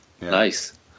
Nice